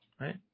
right